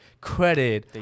credit